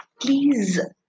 Please